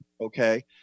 okay